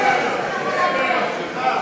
אדוני, איפה אורן חזן?